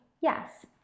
yes